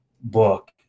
book